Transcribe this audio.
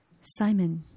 Simon